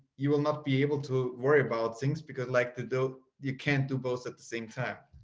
you will not be able to worry about things because like to do you can do both at the same time.